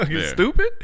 stupid